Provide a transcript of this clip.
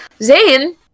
Zayn